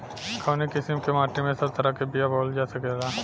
कवने किसीम के माटी में सब तरह के बिया बोवल जा सकेला?